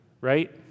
right